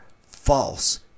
false